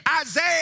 Isaiah